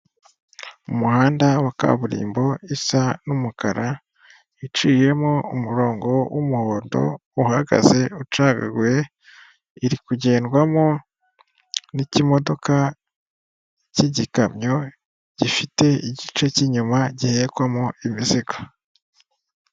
Umuhanda wa kaburimbo isa n'umukara iciyemo umurongo w'umuhondo uhagaze ucagaguye, irikugendwamo n'ikimodoka cy'igikamyo gifite igice cy'inyuma gihehekwamo imiziga.